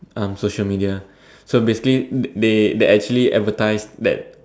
um social media so basically they they actually advertised that